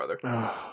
brother